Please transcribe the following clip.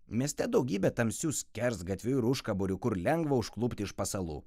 mieste daugybė tamsių skersgatvių ir užkaborių kur lengva užklupti iš pasalų